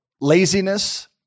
laziness